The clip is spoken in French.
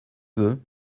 veux